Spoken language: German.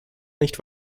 nicht